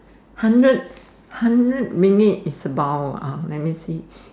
hundred hundred ringgit is about ah let me see